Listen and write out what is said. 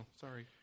Sorry